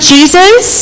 Jesus